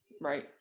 right